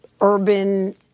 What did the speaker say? urban